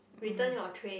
return your tray